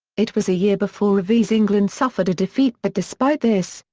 it was a year before revie's england suffered a defeat but despite this,